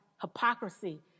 hypocrisy